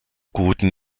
guten